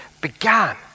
began